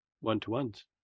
one-to-ones